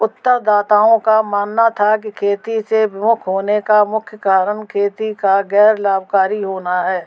उत्तरदाताओं का मानना था कि खेती से विमुख होने का मुख्य कारण खेती का गैर लाभकारी होना है